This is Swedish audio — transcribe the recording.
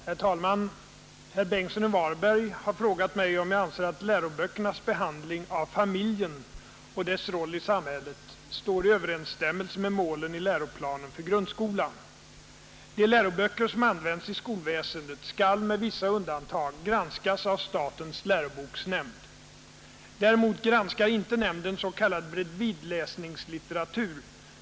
Herr talman! Herr Karl Bengtsson i Varberg har frågat mig om jag anser att läroböckernas behandling av familjen och dess roll i samhället står i överensstämmelse med målen i läroplanen för grundskolan. De läroböcker som används i skolväsendet skall med vissa undantag granskas av statens läroboksnämnd. Däremot granskar inte nämnden s.k. bredvidläsningslitteratur.